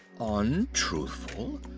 Untruthful